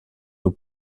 nous